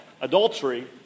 adultery